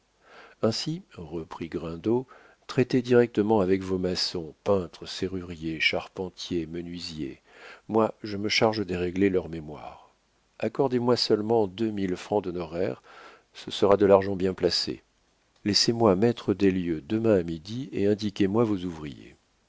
ainsi reprit grindot traitez directement avec vos maçons peintres serruriers charpentiers menuisiers moi je me charge de régler leurs mémoires accordez-moi seulement deux mille francs d'honoraires ce sera de l'argent bien placé laissez-moi maître des lieux demain à midi et indiquez-moi vos ouvriers